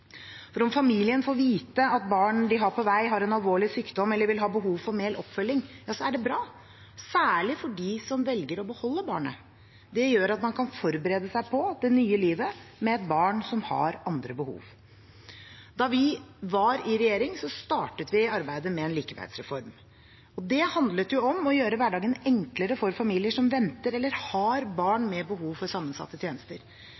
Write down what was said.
Om familien får vite at barn de har på vei, har en alvorlig sykdom eller vil ha behov for mer oppfølging, er det bra, særlig for dem som velger å beholde barnet. Det gjør at man kan forberede seg på det nye livet med et barn som har andre behov. Da vi var i regjering, startet vi arbeidet med en likeverdsreform. Det handlet om å gjøre hverdagen enklere for familier som venter eller har barn med behov for sammensatte tjenester.